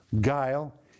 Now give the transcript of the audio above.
guile